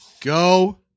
Go